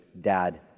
Dad